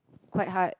quite hard